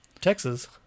Texas